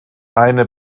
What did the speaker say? eine